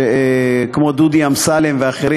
כמו דודי אמסלם ואחרים,